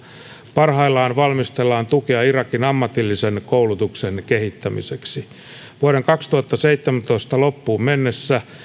parhaillaan valmistellaan tukea irakin ammatillisen koulutuksen kehittämiseksi vuoden kaksituhattaseitsemäntoista loppuun mennessä